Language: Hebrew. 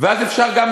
אשכרה ככה?